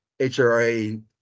HRA